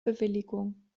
bewilligung